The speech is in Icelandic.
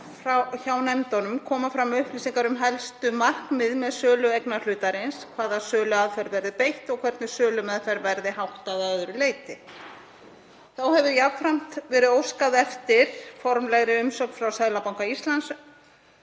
hjá nefndunum koma fram upplýsingar um helstu markmið með sölu eignarhlutarins, hvaða söluaðferð verði beitt og hvernig henni verði háttað að öðru leyti. Þá hefur jafnframt verið óskað eftir formlegri umsögn frá Seðlabanka Íslands